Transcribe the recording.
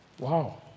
wow